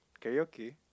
karaoke